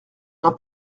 n’en